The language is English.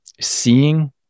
seeing